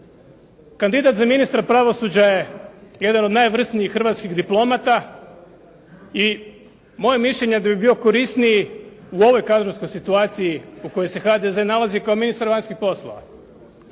Kandidat za ministra pravosuđa je jedan od najvrsnijih hrvatskih diplomata i moje mišljenje je da bi bio korisniji u ovoj kadrovskoj situaciji u kojoj se HDZ nalazi, kao ministar vanjskih poslova,